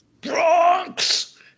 Bronx